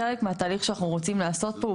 חלק מהתהליך שאנחנו רוצים לעשות פה,